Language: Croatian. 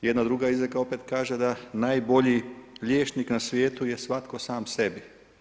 Jedna druga izreka opet kaže da najbolji liječnik na svijetu je svatko sam sebi.